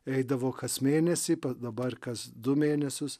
eidavo kas mėnesį dabar kas du mėnesius